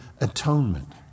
atonement